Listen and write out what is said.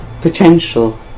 potential